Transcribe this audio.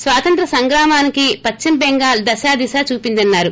స్వాతంత్ర్య సంగ్రామానికి పశ్చిమ్బంగ దశాదిశ చూపిందన్నారు